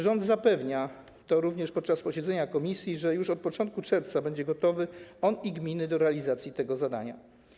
Rząd zapewniał również podczas posiedzenia komisji, że już od początku czerwca będzie gotowy - on i gminy - do realizacji tego zadania.